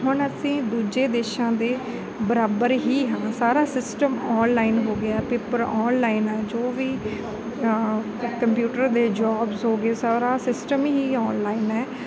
ਹੁਣ ਅਸੀਂ ਦੂਜੇ ਦੇਸ਼ਾਂ ਦੇ ਬਰਾਬਰ ਹੀ ਹਾਂ ਸਾਰਾ ਸਿਸਟਮ ਔਨਲਾਈਨ ਹੋ ਗਿਆ ਪੇਪਰ ਔਨਲਾਈਨ ਹੈ ਜੋ ਵੀ ਕੰਪਿਊਟਰ ਦੇ ਜੌਬਸ ਹੋ ਗਏ ਸਾਰਾ ਸਿਸਟਮ ਹੀ ਔਨਲਾਈਨ ਹੈ